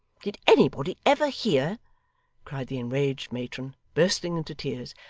did anybody ever hear cried the enraged matron, bursting into tears,